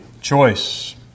choice